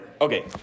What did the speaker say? Okay